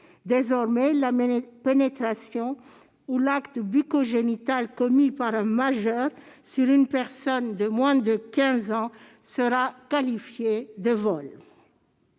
Désormais, la pénétration ou l'acte bucco-génital commis par un majeur sur une personne de moins de 15 ans sera qualifié de viol.